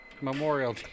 memorial